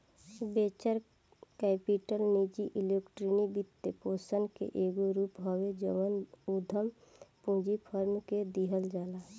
venture capital निजी equity वित्तपोषण के एगो रूप हवे जवन उधम पूंजी फार्म के दिहल जाला